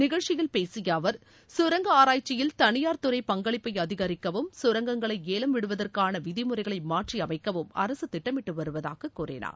நிகழ்ச்சியில் பேசிய அவர் சுரங்க ஆராய்ச்சியில் தனியார் துறை பங்களிப்பை அதிகரிக்கவும் சுரங்கங்களை ஏலம் விடுவதற்கான விதிமுறைகளை மாற்றியமைக்கவும் அரசு திட்டமிட்டு வருவதாகக் கூறினார்